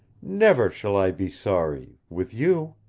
never shall i be sorry with you,